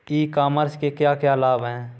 ई commerce के क्या क्या लाभ हैं?